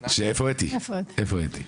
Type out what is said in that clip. כשנכנסתי הייתה "איפה אתי".